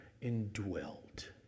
indwelt